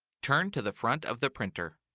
turn to the front of the printer.